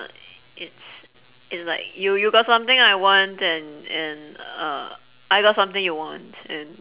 it's it's like you you got something I want and and uh I got something you want and